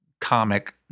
comic